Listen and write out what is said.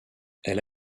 elle